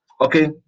Okay